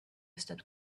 stepped